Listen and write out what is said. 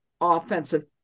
offensive